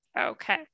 Okay